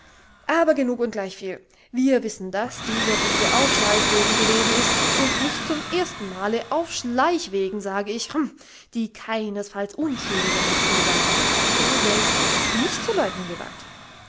aber genug und gleichviel wir wissen daß dieser bube auf schleichwegen gewesen ist und nicht zum ersten male auf schleichwegen sage ich rhm die keinesfalls unschuldiger natur waren er selbst hat es nicht zu leugnen gewagt